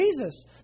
Jesus